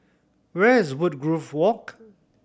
where is Woodgrove Walk